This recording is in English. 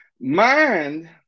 mind